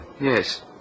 Yes